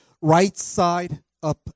right-side-up